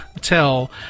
tell